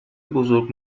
بزرگ